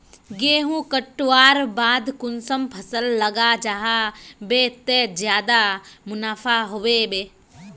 गेंहू कटवार बाद कुंसम फसल लगा जाहा बे ते ज्यादा मुनाफा होबे बे?